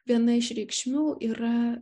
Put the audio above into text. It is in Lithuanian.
viena iš reikšmių yra